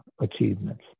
achievements